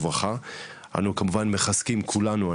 אנחנו כמובן מחזקים כולנו,